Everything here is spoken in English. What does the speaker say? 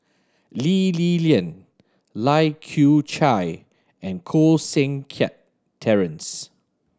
Lee Li Lian Lai Kew Chai and Koh Seng Kiat Terence